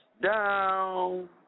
down